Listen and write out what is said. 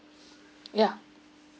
yeah